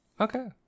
Okay